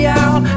out